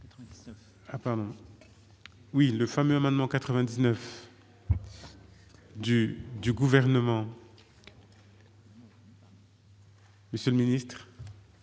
99 à. Oui, le fameux amendement 99. Du du gouvernement. Monsieur le Ministre.